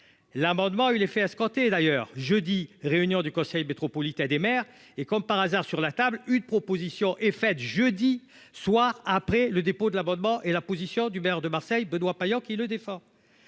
L'amendement a eu l'effet escompté. D'ailleurs, jeudi, réunion du conseil métropolitain des mères et comme par hasard sur la table une proposition est faite jeudi soir après le dépôt de l'abonnement et la position du maire de Marseille Benoît Payan, qui le défend.